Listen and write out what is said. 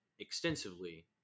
extensively